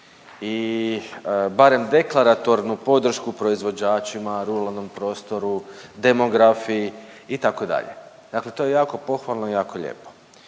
i barem deklaratornu podršku proizvođačima, ruralnom prostoru, demografiji itd., dakle to je jako pohvalno i jako lijepo,